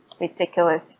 ridiculous